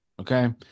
Okay